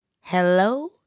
Hello